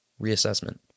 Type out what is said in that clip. reassessment